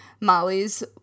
Molly's